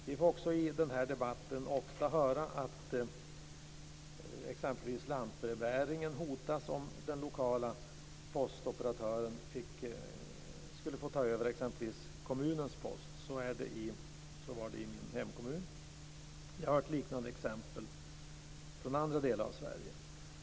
Vi får också i den här debatten ofta höra att exempelvis lantbrevbäringen hotas om den lokala postoperatören skulle få ta över exempelvis kommunens post. Så har det varit i min hemkommun, och vi har hört liknande exempel från andra delar av Sverige.